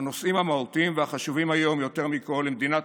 בנושאים המהותיים והחשובים יותר מכול למדינת